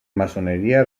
maçoneria